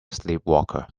sleepwalker